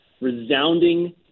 resounding